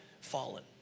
fallen